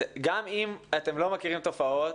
גם אם אתם לא מכירים תופעות,